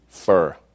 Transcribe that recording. Fur